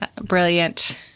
Brilliant